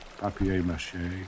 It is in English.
papier-mâché